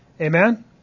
Amen